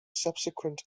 subsequent